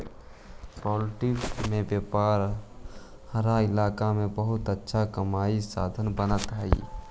poultry के व्यापार हर इलाका में बहुत अच्छा कमाई के साधन बनित हइ